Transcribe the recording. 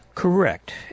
Correct